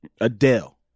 Adele